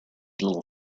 little